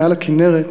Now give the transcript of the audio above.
מעל לכינרת,